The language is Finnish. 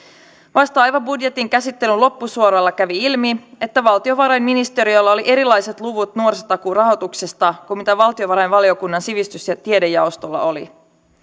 vasta aivan budjetin käsittelyn loppusuoralla kävi ilmi että valtiovarainministeriöllä oli erilaiset luvut nuorisotakuun rahoituksesta kuin valtiovarainvaliokunnan sivistys ja tiedejaostolla oli